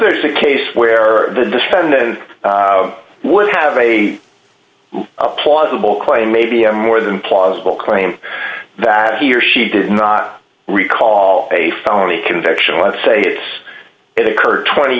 there's a case where the defendant would have a plausible claim maybe a more than plausible claim that he or she did not recall a felony conviction let's say it's it occurred twenty